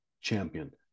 champion